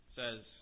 says